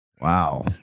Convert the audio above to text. Wow